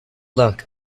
luck